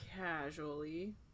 casually